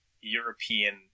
European